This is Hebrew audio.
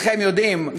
כולכם יודעים,